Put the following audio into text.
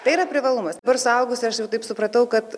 tai yra privalumas nors suaugusi aš ir taip supratau kad